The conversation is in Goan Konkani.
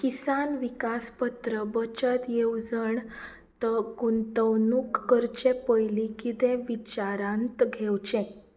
किसान विकास पत्र बचत येवजण त गुंतवनूक करचे पयली कितें विचारांत घेवचें